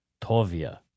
Tovia